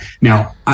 Now